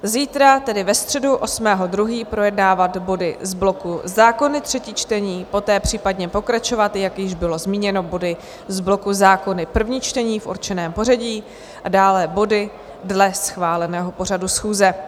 Zítra, tedy ve středu 8. 2., projednávat body z bloku Zákony třetí čtení, poté případně pokračovat, jak již bylo zmíněno, body z bloku Zákony první čtení v určeném pořadí a dále body dle schváleného pořadu schůze.